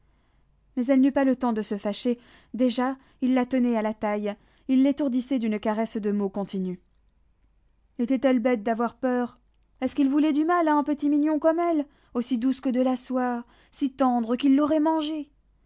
mais elle n'eut pas le temps de se fâcher déjà il la tenait à la taille il l'étourdissait d'une caresse de mots continue était-elle bête d'avoir peur est-ce qu'il voulait du mal à un petit mignon comme elle aussi douce que de la soie si tendre qu'il l'aurait mangée